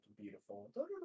beautiful